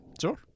Sure